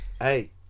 Hey